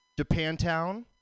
Japantown